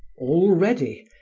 already,